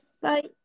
Bye